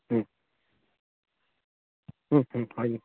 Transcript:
হয়নি